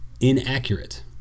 inaccurate